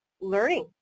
learning